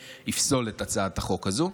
שיפסול את הצעת החוק הזו.